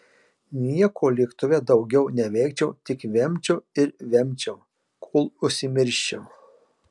nieko lėktuve daugiau neveikčiau tik vemčiau ir vemčiau kol užsimirščiau